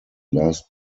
last